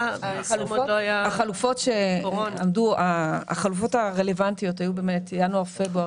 2020. החלופות הרלוונטיות היו באמת ינואר-פברואר